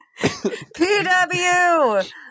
PW